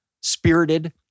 spirited